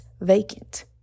vacant